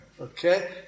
Okay